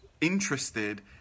interested